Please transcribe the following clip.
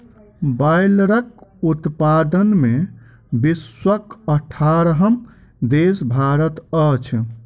बायलरक उत्पादन मे विश्वक अठारहम देश भारत अछि